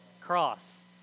cross